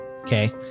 okay